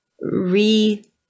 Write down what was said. re